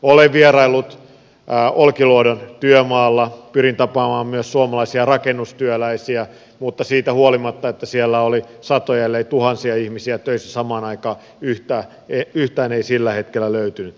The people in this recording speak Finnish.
olen vieraillut olkiluodon työmaalla pyrin tapaamaan myös suomalaisia rakennustyöläisiä mutta siitä huolimatta että siellä oli satoja ellei tuhansia ihmisiä töissä samaan aikaan yhtään ei sillä hetkellä löytynyt